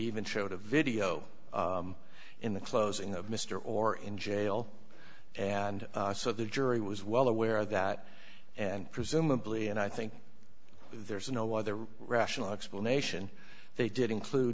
even showed a video in the closing of mr or in jail and so the jury was well aware of that and presumably and i think there's no other rational explanation they did include